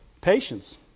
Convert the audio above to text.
Patience